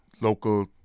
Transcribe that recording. local